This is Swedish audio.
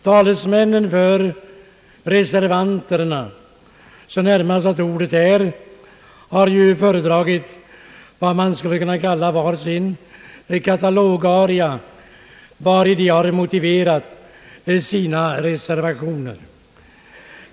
Talesmännen för reservanterna har bidragit med vad man skulle kunna kalla för var sin katalogaria, vari de har motiverat sina reservationer.